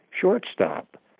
shortstop